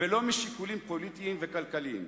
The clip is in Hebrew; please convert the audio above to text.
ולא שיקולים פוליטיים וכלכליים.